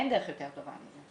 אין דרך יותר טובה מזה.